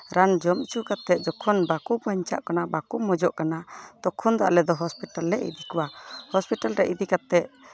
ᱨᱟᱱ ᱡᱚᱢ ᱦᱚᱪᱚ ᱠᱟᱛᱮᱫ ᱡᱚᱠᱷᱚᱱ ᱵᱟᱠᱚ ᱵᱟᱧᱪᱟᱜ ᱠᱟᱱᱟ ᱵᱟᱠᱚ ᱢᱚᱡᱚᱜ ᱠᱟᱱᱟ ᱛᱚᱠᱷᱚᱱ ᱫᱚ ᱟᱞᱮ ᱫᱚ ᱦᱚᱸᱥᱯᱤᱴᱟᱞ ᱞᱮ ᱤᱫᱤ ᱠᱚᱣᱟ ᱦᱚᱸᱥᱯᱤᱴᱟᱞ ᱨᱮ ᱤᱫᱤ ᱠᱟᱛᱮᱫ